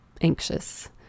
anxious